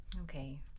Okay